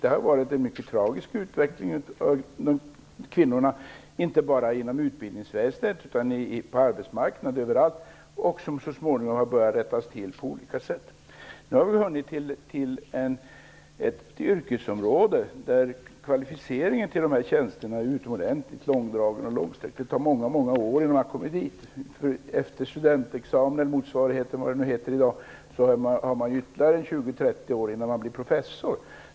Det har varit en mycket tragisk utveckling för kvinnorna, inte bara inom utbildningsväsendet, utan även på arbetsmarknaden och överallt. Den har så småningom börjat rättas till på olika sätt. Nu har vi hunnit till ett yrkesområde där kvalificeringen till dessa tjänster är utomordentligt långsträckt. Det tar många år innan man kommer dit. Efter studentexamen eller motsvarigheten tar det ytterligare 20-30 år innan man blir professor.